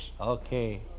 Okay